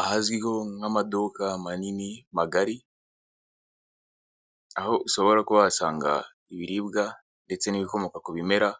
Ahazwiho nk'amaduka manini, magari, aho ushobora kuba wahasanga, ibiribwa, ndetse n'ibikomoka ku bimera,